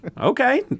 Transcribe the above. okay